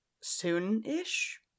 soon-ish